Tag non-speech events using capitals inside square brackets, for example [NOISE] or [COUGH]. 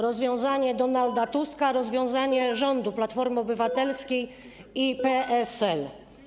Rozwiązanie Donalda Tuska, [NOISE] rozwiązanie rządu Platformy Obywatelskiej i PSL.